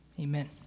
amen